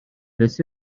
this